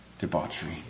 debauchery